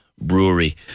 Brewery